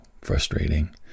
frustrating